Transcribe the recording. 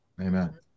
Amen